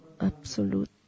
Absolute